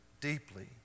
deeply